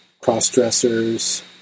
cross-dressers